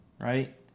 right